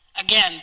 Again